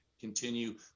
continue